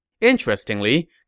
Interestingly